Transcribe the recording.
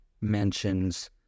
mentions